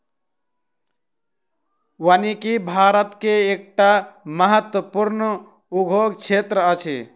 वानिकी भारत के एकटा महत्वपूर्ण उद्योग क्षेत्र अछि